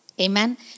Amen